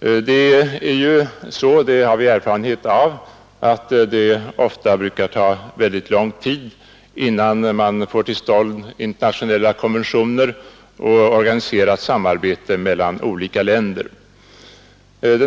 Det är ju så, det har vi erfarenhet av, att det ofta brukar ta väldigt lång tid innan man får till stånd internationella konventioner och organiserat samarbete mellan olika länder.